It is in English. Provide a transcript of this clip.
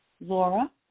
Laura